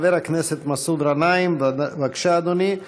חבר הכנסת מסעוד גנאים, בבקשה, אדוני.